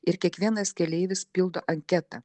ir kiekvienas keleivis pildo anketą